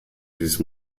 dieses